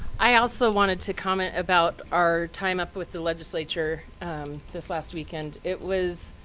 i also wanted to comment about our time up with the legislature this last weekend. it was,